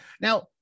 Now